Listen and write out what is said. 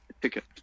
ticket